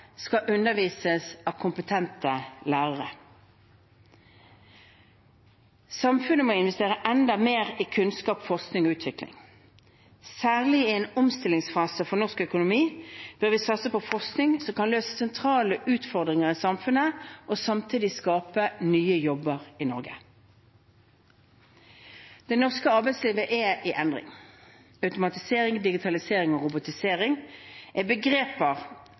skal undervises av kompetente lærere. Samfunnet må investere enda mer i kunnskap, forskning og utvikling. Særlig i en omstillingsfase for norsk økonomi bør vi satse på forskning som kan løse sentrale utfordringer i samfunnet og samtidig skape nye jobber i Norge. Det norske arbeidslivet er i endring. Automatisering, digitalisering og robotisering er begreper